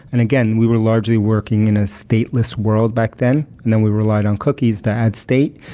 and again, we were largely working in a stateless world back then and then we relied on cookies to add state,